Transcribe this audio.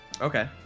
Okay